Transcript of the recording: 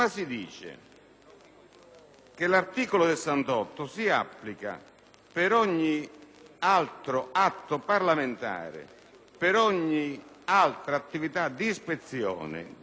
che l'articolo 68 si applica per ogni altro atto parlamentare e per ogni altra attività di ispezione, di divulgazione,